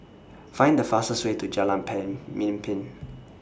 Find The fastest Way to Jalan Pemimpin